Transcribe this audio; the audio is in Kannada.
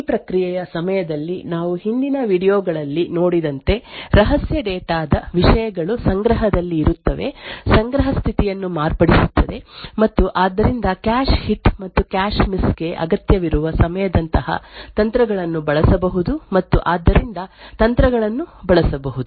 ಮತ್ತು ಈ ಪ್ರಕ್ರಿಯೆಯ ಸಮಯದಲ್ಲಿ ನಾವು ಹಿಂದಿನ ವೀಡಿಯೊ ಗಳಲ್ಲಿ ನೋಡಿದಂತೆ ರಹಸ್ಯ ಡೇಟಾ ದ ವಿಷಯಗಳು ಸಂಗ್ರಹದಲ್ಲಿ ಇರುತ್ತವೆ ಸಂಗ್ರಹ ಸ್ಥಿತಿಯನ್ನು ಮಾರ್ಪಡಿಸುತ್ತದೆ ಮತ್ತು ಆದ್ದರಿಂದ ಕ್ಯಾಶ್ ಹಿಟ್ ಮತ್ತು ಕ್ಯಾಶ್ ಮಿಸ್ ಗೆ ಅಗತ್ಯವಿರುವ ಸಮಯದಂತಹ ತಂತ್ರಗಳನ್ನು ಬಳಸಬಹುದು ಮತ್ತು ಆದ್ದರಿಂದ ತಂತ್ರಗಳನ್ನು ಬಳಸಬಹುದು